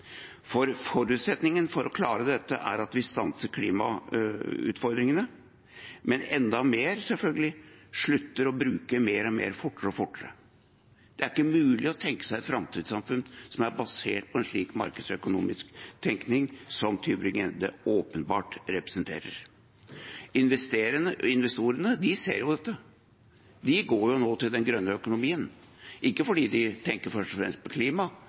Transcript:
for forutsetningen for å klare dette er at vi stanser klimautfordringene, men selvfølgelig enda mer at vi slutter å bruke mer og mer, fortere og fortere. Det er ikke mulig å tenke seg et framtidssamfunn som er basert på en slik markedsøkonomisk tenkning som den Tybring-Gjedde åpenbart representerer. Investorene ser dette. De går nå til den grønne økonomien. Det er ikke fordi de først og fremst tenker på